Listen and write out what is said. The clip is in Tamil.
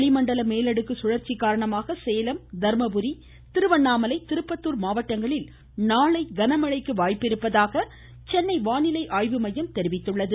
வளிமண்டல மேலடுக்கு சுழற்சி காரணமாக சேலம் தர்மபுரி திருவண்ணாமலை திருப்பத்தூர் மாவட்டங்களில் நாளை கனமழைக்கு வாய்ப்பிருப்பதாக சென்னை வானிலை ஆய்வுமையம் தெரிவித்துள்ளது